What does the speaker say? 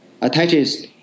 attaches